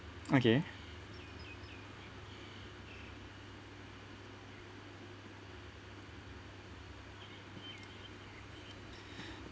okay